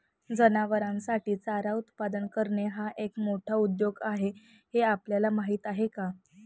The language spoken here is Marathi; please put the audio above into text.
जनावरांसाठी चारा उत्पादन करणे हा एक मोठा उद्योग आहे हे आपल्याला माहीत आहे का?